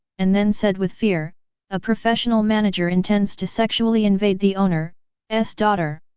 and then said with fear a professional manager intends to sexually invade the owner s daughter.